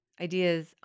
ideas